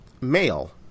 male